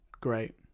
Great